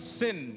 sin